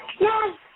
Yes